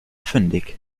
fündig